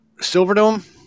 Silverdome